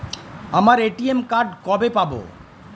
আমার ATM card কবে পাব?